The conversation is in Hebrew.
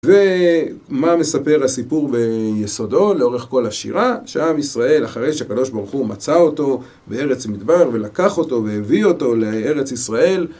ומה מספר הסיפור ביסודו, לאורך כל השירה, שעם ישראל, אחרי שהקדוש ברוך הוא מצא אותו בארץ מדבר, ולקח אותו, והביא אותו לארץ ישראל.